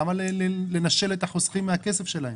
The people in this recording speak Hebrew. למה לנשל את החוסכים מהכסף שלהם?